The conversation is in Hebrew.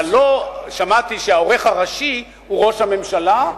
אבל לא שמעתי שהעורך הראשי הוא ראש הממשלה,